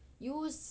use